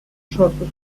sortu